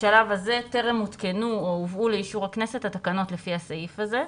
בשלב הזה טרם הותקנו או הובאו לאישור הכנסת התקנות לפי הסעיף הזה.